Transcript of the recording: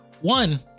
one